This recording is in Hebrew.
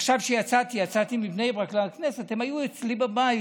עכשיו, כשיצאתי מבני ברק לכנסת, הם היו אצלי בבית.